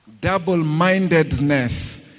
Double-mindedness